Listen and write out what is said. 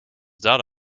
data